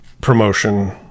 promotion